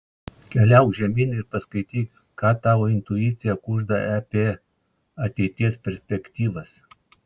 keliauk žemyn ir paskaityk ką tavo intuicija kužda apie ateities perspektyvas